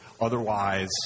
Otherwise